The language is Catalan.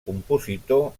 compositor